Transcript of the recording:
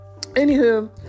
Anywho